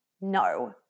No